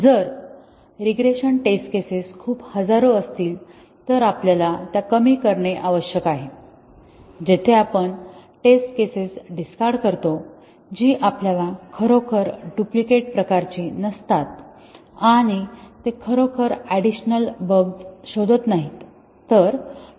जर regression test cases खूप हजारो असतील तर आपल्याला त्या कमी करणे आवश्यक आहे जेथे आपण टेस्ट केसेस डिस्कार्ड करतो जी आपल्याला खरोखर डुप्लिकेट प्रकारची नसतात आणि ते खरोखर ऍडिशनल बग्स शोधत नाहीत